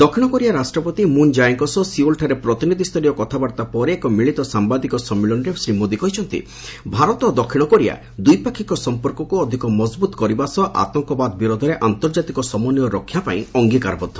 ଦକ୍ଷିଣକୋରିଆ ରାଷ୍ଟ୍ରପତି ମୁନ୍ ଜାଏଙ୍କ ସହ ସିଓଲଠାରେ ପ୍ରତିନିଧିସ୍ତରୀୟ କଥାବାର୍ତ୍ତା ପରେ ଏକ ମିଳିତ ସାମ୍ବାଦିକ ସମ୍ମିଳନୀରେ ଶ୍ରୀ ମୋଦି କହିଛନ୍ତି ଭାରତ ଓ ଦକ୍ଷିଣକୋରିଆ ଦ୍ୱିପାକ୍ଷିକ ସମ୍ପର୍କକୁ ଅଧିକ ମଜବୁତ କରିବା ସହ ଆତଙ୍କବାଦ ବିରୋଧରେ ଆନ୍ତର୍ଜାତିକ ସମନ୍ୱୟ ରକ୍ଷା ପାଇଁ ଅଙ୍ଗିକାରବଦ୍ଧ